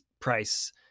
price